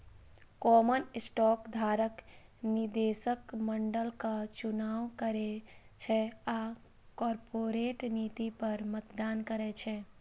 common stock धारक निदेशक मंडलक चुनाव करै छै आ कॉरपोरेट नीति पर मतदान करै छै